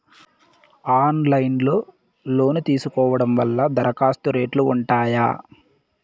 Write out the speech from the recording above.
Online లో loan తీసుకోవడం వల్ల దరఖాస్తు రేట్లు ఉంటాయా?